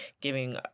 giving